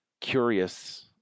curious